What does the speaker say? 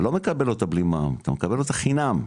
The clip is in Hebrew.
אתה לא מקבל אותה בלי מע"מ, אתה מקבל אותה חינם.